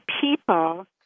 people